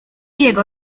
jego